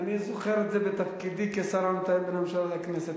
אני זוכר את זה מתפקידי כשר המתאם בין הממשלה לכנסת.